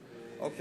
שנית, אני